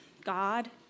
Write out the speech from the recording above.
God